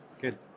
Good